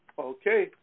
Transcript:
Okay